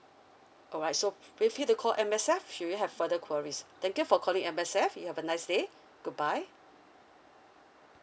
alright so feel free to call M_S_F if you have further queries thank you for calling M_S_F you have a nice day goodbye